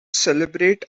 celebrate